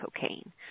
cocaine